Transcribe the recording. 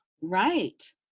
Right